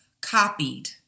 copied